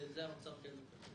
ואת זה האוצר כן מקבל.